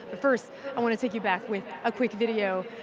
but first i want to take you back with a quick video,